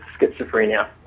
schizophrenia